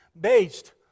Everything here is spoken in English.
based